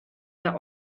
der